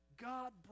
God